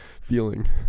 feeling